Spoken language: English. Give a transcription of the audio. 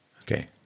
Okay